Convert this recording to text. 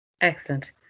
Excellent